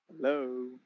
Hello